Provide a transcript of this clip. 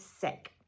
sick